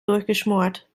durchgeschmort